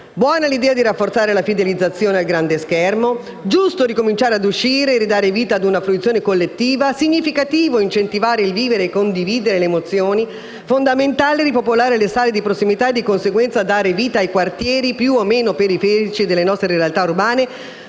Buona l'idea di rafforzare la fidelizzazione al grande schermo; giusto ricominciare a uscire e ridare vita a una fruizione collettiva; significativo incentivare il vivere e il condividere le emozioni; fondamentale ripopolare le sale di prossimità e, di conseguenza, dare vita ai quartieri più o meno periferici delle nostre realtà urbane,